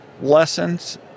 lessons